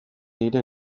nire